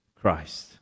Christ